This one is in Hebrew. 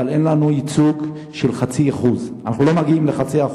אבל אין לנו ייצוג של 0.5%. אנחנו לא מגיעים ל-0.5%.